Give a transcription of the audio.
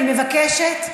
אני מבקשת,